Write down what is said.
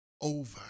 over